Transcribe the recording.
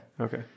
Okay